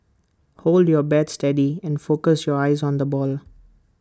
hold your bat steady and focus your eyes on the ball